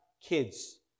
kids